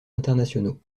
internationaux